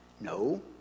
No